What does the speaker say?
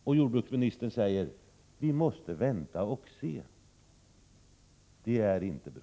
Men jordbruksministern säger att vi måste vänta och se. Det är inte bra.